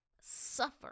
suffer